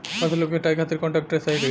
फसलों के कटाई खातिर कौन ट्रैक्टर सही ह?